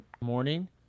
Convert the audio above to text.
morning